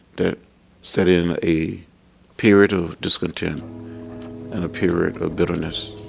that set in a period of discontent and a period of bitterness,